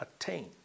attain